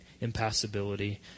impassibility